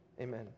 Amen